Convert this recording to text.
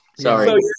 Sorry